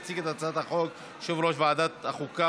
יציג את הצעת החוק יושב-ראש ועדת החוקה,